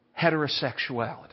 heterosexuality